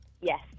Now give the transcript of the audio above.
Yes